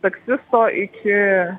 taksisto iki